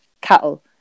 cattle